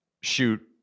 shoot